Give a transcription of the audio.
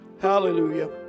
Hallelujah